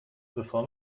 bevor